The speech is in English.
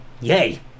Yay